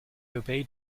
obeyed